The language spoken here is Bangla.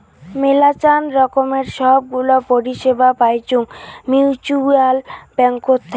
মেলাচান রকমের সব গুলা পরিষেবা পাইচুঙ মিউচ্যুয়াল ব্যাঙ্কত থাকি